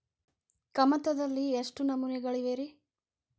ಕಮತದಲ್ಲಿ ಎಷ್ಟು ನಮೂನೆಗಳಿವೆ ರಿ?